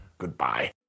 Goodbye